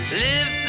live